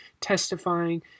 testifying